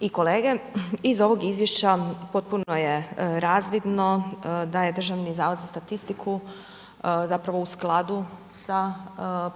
i kolege. Iz ovog izvješća potpuno je razvidno da je Državni zavod za statistiku zapravo u skladu sa